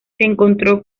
encontró